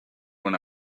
when